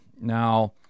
Now